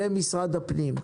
למשרד הפנים,